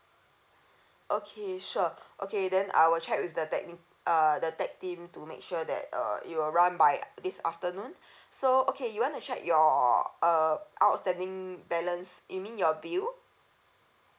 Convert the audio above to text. okay sure okay then I will check with the techni~ uh the tech team to make sure that uh it will run by this afternoon so okay you want to check your uh outstanding balance you mean your bill